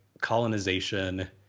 colonization